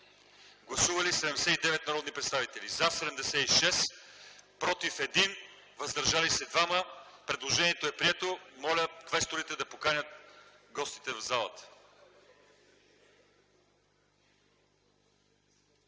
Гласували 79 народни представители: за 76, против 1, въздържали се 2. Предложението е прието. Моля, поканете гостите в залата.